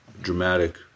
dramatic